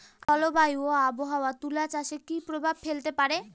জলবায়ু ও আবহাওয়া তুলা চাষে কি প্রভাব ফেলতে পারে?